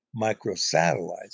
microsatellites